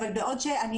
-- אבל זה בהחלט מספק.